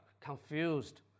confused